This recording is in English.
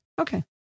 Okay